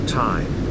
time